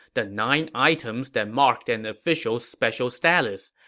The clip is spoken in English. the nine items that marked an official's special status.